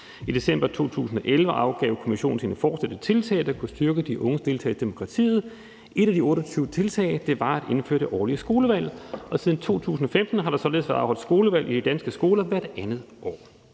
I december 2011 afgav kommissionen sine forslag til tiltag, der kunne styrke de unges deltagelse i demokratiet. Et af de 28 tiltag var at indføre årlige skolevalg, og siden 2015 har der således været afholdt skolevalg i de danske skoler hvert andet år.